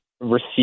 receive